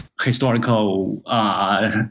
historical